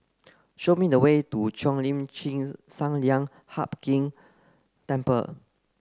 show me the way to Cheo Lim Chin Sun Lian Hup Keng Temple